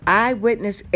eyewitness